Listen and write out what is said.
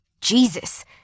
Jesus